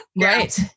Right